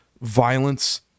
violence